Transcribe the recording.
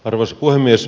arvoisa puhemies